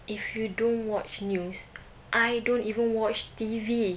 if you don't watch news I don't even watch T_V